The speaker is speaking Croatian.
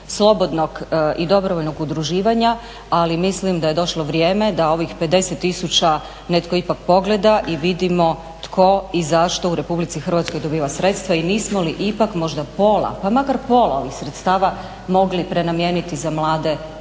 slobodnog i dobrovoljnog udruživanja, ali mislim da je došlo vrijeme da ovih 50 tisuća netko ipak pogleda i vidimo tko i zašto u RH dobiva sredstva i nismo li ipak možda pola pa makar pola ovih sredstava mogli prenamijeniti za mlade nezaposlene